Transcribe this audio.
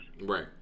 Right